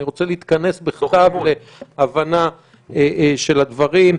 אני רוצה להתכנס בכתב להבנה של הדברים.